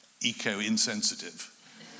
eco-insensitive